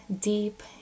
deep